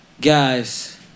Guys